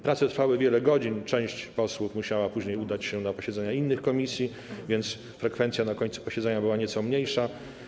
Prace trwały wiele godzin, część posłów musiała udać się późnej na posiedzenia innych komisji, więc frekwencja na końcu posiedzenia była nieco mniejsza.